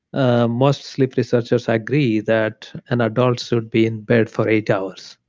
ah most sleep researchers ah agree that an adult should be in bed for eight hours.